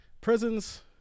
Prisons